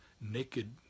naked